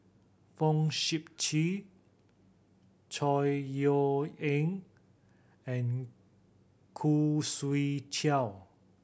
Fong Sip Chee Chor Yeok Eng and Khoo Swee Chiow